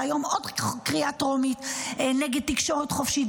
והיום עוד קריאה טרומית נגד תקשורת חופשית,